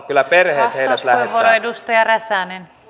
kyllä perhe heidät lähettää